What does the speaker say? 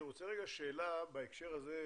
שאלה בהקשר הזה,